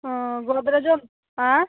हँ गोदरेजो आँय